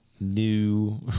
new